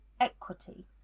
Equity